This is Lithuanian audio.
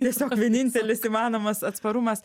tiesiog vienintelis įmanomas atsparumas